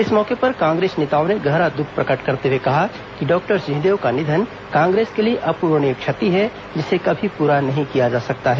इस मौके पर कांग्रेस नेताओं ने गहरा दुख प्रकट करते हुए कहा कि डॉक्टर सिंहदेव का निधन कांग्रेस के लिए अपूरणीय क्षति है जिसे कभी पूरा नहीं किया जा सकता है